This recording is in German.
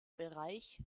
bereich